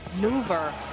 mover